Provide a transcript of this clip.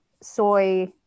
soy